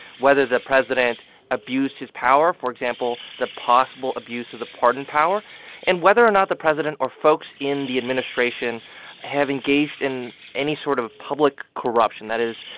whether the president abused his power for example, the possible abuse of the pardon power and whether or not the president or folks in the administration have engaged in any sort of public corruption that is,